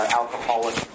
alcoholic